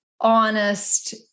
honest